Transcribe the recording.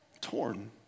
torn